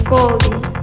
Goldie